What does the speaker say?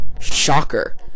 Shocker